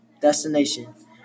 destination